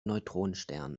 neutronenstern